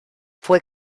fue